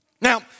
Now